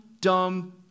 dumb